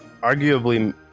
arguably